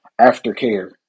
aftercare